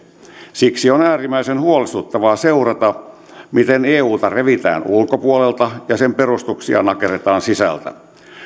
siksi on äärimmäisen huolestuttavaa seurata miten euta revitään ulkopuolelta ja sen perustuksia nakerretaan sisältä